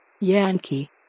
Yankee